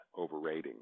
overrating